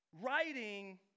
writing